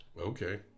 Okay